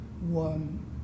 one